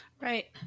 Right